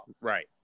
right